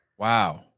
Wow